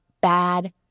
bad